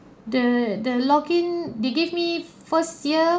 the the login they give me first year